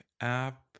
app